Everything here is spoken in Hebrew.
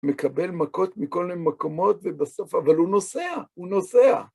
מקבל מכות מכל מיני מקומות, ובסוף... אבל הוא נוסע, הוא נוסע.